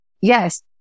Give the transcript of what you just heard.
Yes